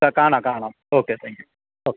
കാണാം കാണാം okay thank you okay